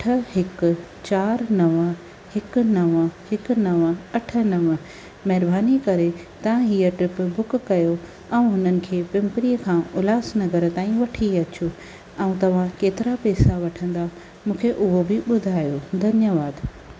अठ हिकु चारि नव हिकु नव हिकु नव अठ नव महिरबानी करे तव्हां हीअं ट्रिप बुक कयो ऐं हुननि खे पिंपरी खां उल्हासनगर ताईं वठी अचो ऐं तव्हांखे केतिरा पैसा वठंदव मूंखे उहो बि ॿुधायो धन्यवाद